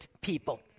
people